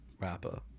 rapper